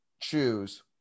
choose